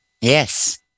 Yes